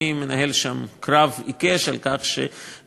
אני מנהל שם קרב עיקש על כך שגם